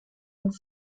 und